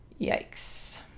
yikes